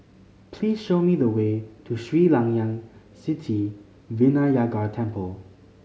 please show me the way to Sri Layan Sithi Vinayagar Temple